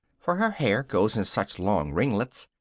for her hair goes in such long ringlets,